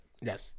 yes